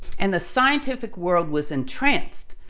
and the scientific world was entranced.